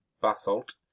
basalt